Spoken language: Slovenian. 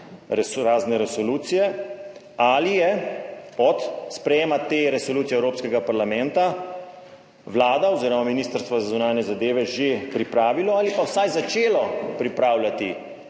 razne resolucije, ali je od sprejema te resolucije Evropskega parlamenta Vlada oziroma Ministrstvo za zunanje zadeve že pripravilo ali pa vsaj začelo pripravljati